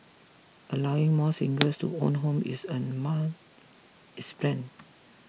allowing more singles to own homes is also among its plan